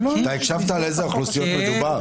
הקשבת על איזה אוכלוסיות מדובר?